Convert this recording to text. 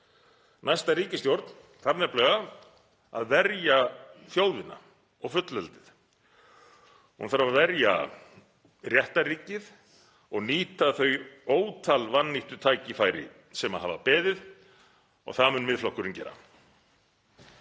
Næsta ríkisstjórn þarf nefnilega að verja þjóðina og fullveldið. Hún þarf að verja réttarríkið og nýta þau ótal vannýttu tækifæri sem hafa beðið og það mun Miðflokkurinn gera.